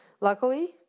luckily